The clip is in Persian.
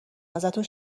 ازتون